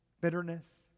Bitterness